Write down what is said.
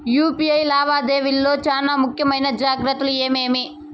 UPI లావాదేవీల లో చానా ముఖ్యమైన జాగ్రత్తలు ఏమేమి?